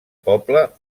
poble